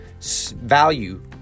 value